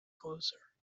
closer